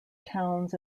towns